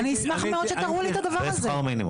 אני אשמח מאוד שתראו לי את הדבר הזה.